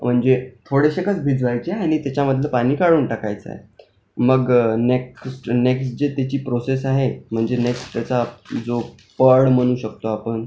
म्हणजे थोडेशेकंच भिजवायचे आणि त्याच्यामधलं पाणी काढून टाकायचं आहे मग नेक्स्ट नेक्स्ट जे त्याची प्रोसेस आहे म्हणजे नेक्स्ट याचा जो पाड म्हणू शकतो आपण